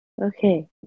Okay